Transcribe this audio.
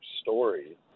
story